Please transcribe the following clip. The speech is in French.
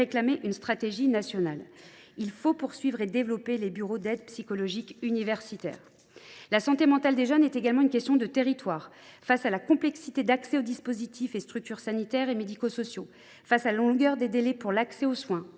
réclamant une « stratégie nationale ». Il faut poursuivre ce qui a été engagé et développer les bureaux d’aide psychologique universitaires. La santé mentale des jeunes est également une question de territoires. Face à la complexité d’accès aux dispositifs et structures sanitaires et médico sociaux, face à la longueur des délais pour l’accès aux soins,